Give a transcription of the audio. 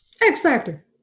X-Factor